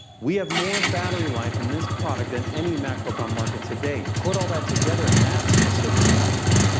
we have more battery life in this product than any macbook on market today. put all that together, and that's the surface laptop.